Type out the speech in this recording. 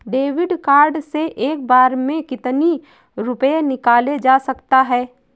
David card से एक बार में कितनी रूपए निकाले जा सकता है?